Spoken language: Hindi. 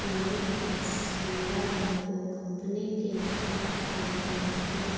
मेरे पास हिंडालको कंपनी के स्टॉक मौजूद है